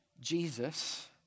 Jesus